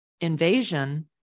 invasion